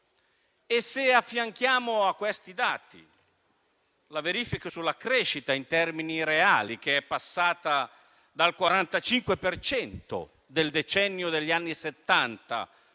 Se affianchiamo a questi dati la verifica sulla crescita in termini reali, che è passata dal 45 per cento del decennio degli anni